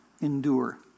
endure